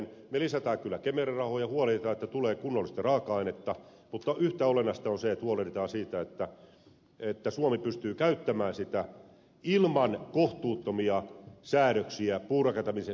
me lisäämme kyllä kemera rahoja huolehdimme että tulee kunnollista raaka ainetta mutta yhtä olennaista on se että huolehditaan siitä että suomi pystyy käyttämään sitä ilman kohtuuttomia säädöksiä puurakentamisen esteitä